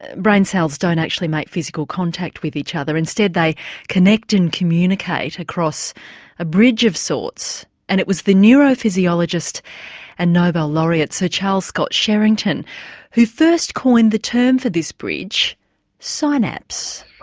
brain cells don't actually make physical contact with each other instead they connect and communicate across a bridge of sorts and it was the neuro physiologist and nobel laureate sir charles scott sherrington who first coined the term for this bridge synapse.